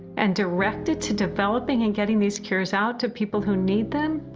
and direct it to developing and getting these cures out to people who need them,